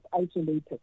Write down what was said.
isolated